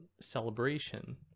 celebration